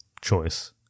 choice